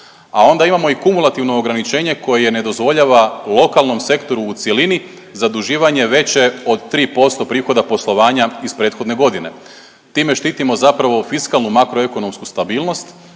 a onda imamo i kumulativno ograničenje koje ne dozvoljava lokalnom sektoru u cjelini zaduživanje veće od 3% prihoda poslovanja iz prethodne godine. Time štitimo zapravo fiskalnu makroekonomsku stabilnost,